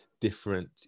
different